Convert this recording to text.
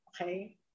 Okay